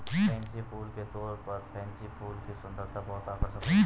fancy फूल के तौर पर पेनसी फूल की सुंदरता बहुत आकर्षक होती है